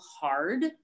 hard